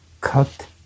cut